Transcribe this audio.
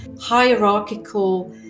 hierarchical